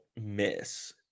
miss